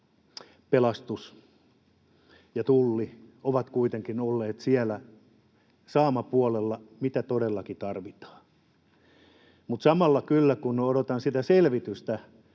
pelastus ja tulli ovat kuitenkin olleet siellä saamapuolella, mitä todellakin tarvitaan. Mutta samalla kyllä, kun odotan sitä selvitystä